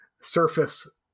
surface